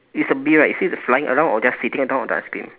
it's a bee right is it flying around or just sitting down on the ice cream